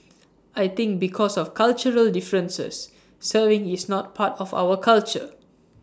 I think because of cultural differences serving is not part of our culture